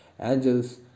Angels